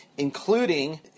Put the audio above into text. including